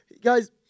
Guys